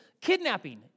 kidnapping